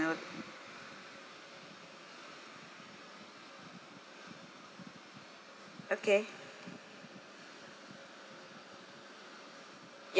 okay